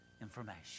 information